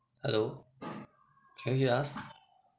hello can you hear us